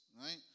right